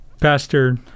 Pastor